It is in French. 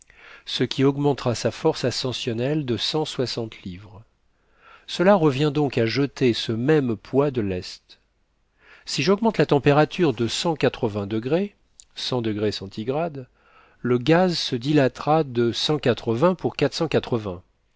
ce qui augmentera sa force ascensionnelle de cent soixante livres cela revient donc à jeter ce même poids de lest si j'augmente la température de cent quatre-vingt degrés le gaz se dilatera de